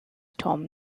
tom